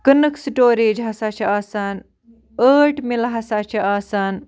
کٕنٕک سٕٹوریج ہَسا چھِ آسان ٲٹۍ مِلہٕ ہَسا چھِ آسان